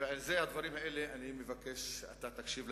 ולדברים האלה אני מבקש שאתה תקשיב,